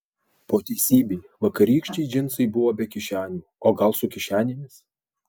po teisybei vakarykščiai džinsai buvo be kišenių o gal su kišenėmis